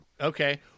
Okay